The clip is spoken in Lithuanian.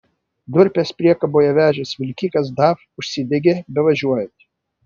durpes priekaboje vežęs vilkikas daf užsidegė bevažiuojant